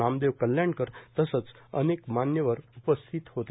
नामदेव कल्याणकर तसंच अनेक मान्यवर उपस्थित होते